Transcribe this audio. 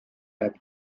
jääb